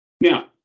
Now